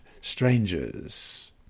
strangers